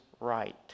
right